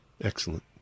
Excellent